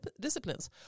disciplines